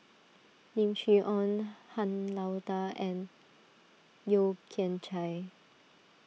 Lim Chee Onn Han Lao Da and Yeo Kian Chai